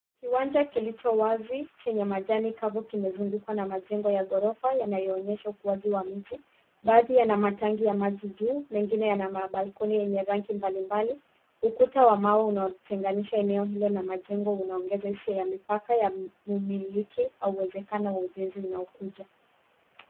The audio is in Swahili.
Kiwanja kilicho wazi chenye majani kavu kimezungukwa na majengo ya ghorofa yanayoonyesha ukuaji wa miji, baadhi yana matangi ya maji juu mengine yana mabalkoni yenye rangi mbalimbali, ukuta wa mawe unaotenganisha eneo hilo la majengo unaongeza hisia ya mipaka ya umiliki wa uwezekano wa ujenzi unaokuja.